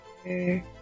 Okay